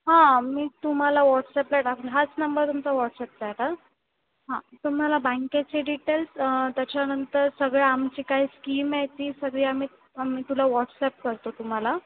हां मी तुम्हाला व्हॉट्सॲपला टाकू हाच नंबर तुमचा व्हॉट्सअपचा आहे का हां तुम्हाला बँकेचे डिटेल्स त्याच्यानंतर सगळ्या आमची काय स्कीम आहे ती सगळी आम्ही आम्ही तुला वॉट्सएप करतो तुम्हाला